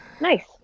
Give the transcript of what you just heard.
Nice